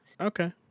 Okay